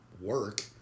work